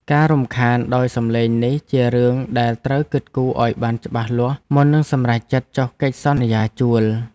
ការរំខានដោយសំឡេងនេះជារឿងដែលត្រូវគិតគូរឱ្យបានច្បាស់លាស់មុននឹងសម្រេចចិត្តចុះកិច្ចសន្យាជួល។